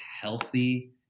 healthy